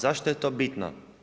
Zašto je to bitno?